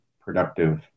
productive